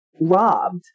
robbed